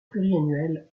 pluriannuelle